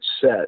set